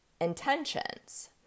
intentions